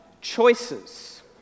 choices